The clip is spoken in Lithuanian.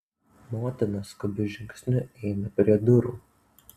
motina skubiu žingsniu eina prie durų